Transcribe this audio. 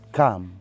come